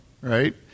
right